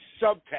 subtext